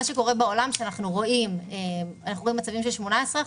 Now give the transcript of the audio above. אנחנו רואים בעולם מצבים של 18%,